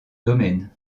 domaine